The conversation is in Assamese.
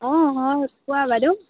অ হয় কোৱা বাইদেউ